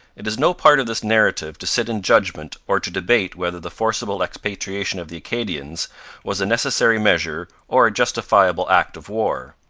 it is no part of this narrative to sit in judgment or to debate whether the forcible expatriation of the acadians was a necessary measure or a justifiable act of war.